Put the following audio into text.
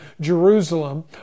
Jerusalem